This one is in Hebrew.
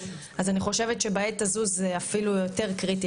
אז אני חושבת שבעת הזו זה אפילו יותר קריטי,